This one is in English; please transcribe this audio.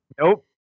Nope